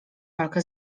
walkę